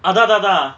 அதா ததா:atha thathaa